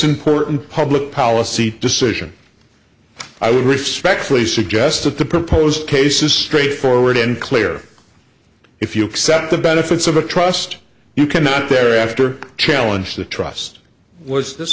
important public policy decision i respectfully suggest that the proposed case is straightforward and clear if you accept the benefits of a trust you cannot there after challenge the trust was this